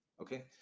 Okay